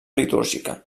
litúrgica